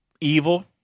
Evil